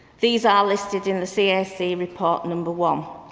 these are listed in the cac report number one.